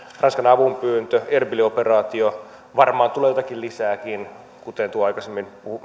ranskan avunpyyntö ja erbil operaatio varmaan tulee joitakin lisääkin kuten tuo aikaisemmin